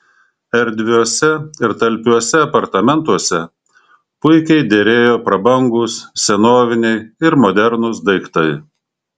erdviuose ir talpiuose apartamentuose puikiai derėjo prabangūs senoviniai ir modernūs daiktai